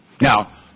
Now